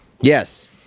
Yes